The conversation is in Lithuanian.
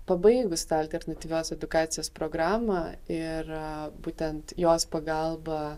pabaigus tą alternatyvios edukacijos programą ir būtent jos pagalba